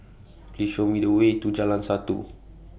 Please Show Me The Way to Jalan Satu